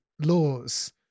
laws